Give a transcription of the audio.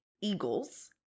Eagles